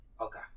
Okay